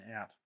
out